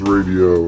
Radio